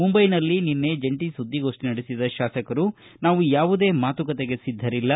ಮುಂಬೈನಲ್ಲಿ ನಿನ್ನೆ ಜಂಟಿ ಸುದ್ದಿಗೋಷ್ಠಿ ನಡೆಸಿದ ತಾಸಕರು ನಾವು ಯಾವುದೇ ಮಾತುಕತೆಗೆ ಸಿದ್ದರಿಲ್ಲ